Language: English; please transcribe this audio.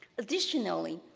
additionally,